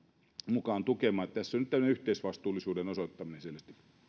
mukaan tukemaan tässä on nyt tämmöinen yhteisvastuullisuuden osoittaminen